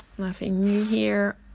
nothing new year